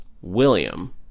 William